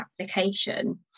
application